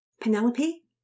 Penelope